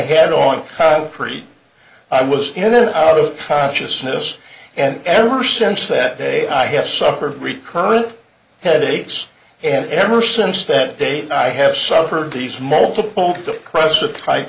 head on crete i was in and out of consciousness and ever since that day i have suffered recurrent headaches and ever since that day i have suffered these multiple